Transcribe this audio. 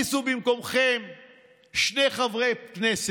זה: היום בדיוק לפני 50 שנה,